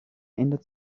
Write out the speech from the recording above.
ändert